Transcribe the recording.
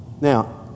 Now